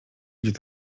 gdzie